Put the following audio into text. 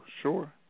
sure